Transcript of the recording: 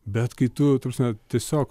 bet kai tu ta prasme tiesiog